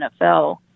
NFL